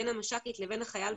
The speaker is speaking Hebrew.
בין המש"קית לבין החייל.